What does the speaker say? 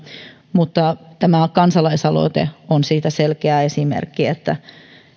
mutta tämä kansalaisaloite on siitä selkeä esimerkki että